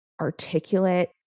articulate